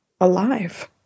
alive